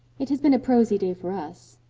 it has been a prosy day for us,